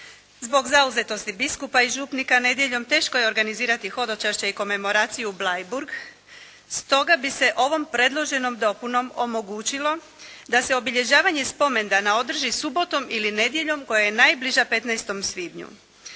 Zbog zauzetosti biskupa i župnika nedjeljom, teško je organizirati hodočašće i komemoraciju Bleiburg stoga bi se ovom predloženom dopunom omogućilo da se obilježavanje spomendana održi subotom ili nedjeljom koja je najbliža 15. svibnju.